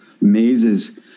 mazes